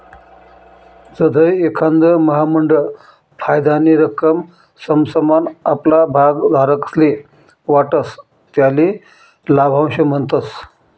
जधय एखांद महामंडळ फायदानी रक्कम समसमान आपला भागधारकस्ले वाटस त्याले लाभांश म्हणतस